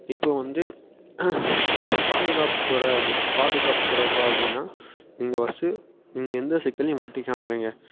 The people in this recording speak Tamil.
இப்போ வந்து பாதுகாப்பு துறை அப்படி பாதுகாப்பு தொடர்பாக அப்படின்னா நீங்கள் ஃபஸ்ட்டு எந்த சிக்கல்லையும் மாட்டிக்காமல் இருங்க